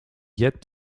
yet